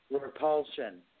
repulsion